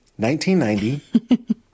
1990